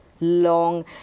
long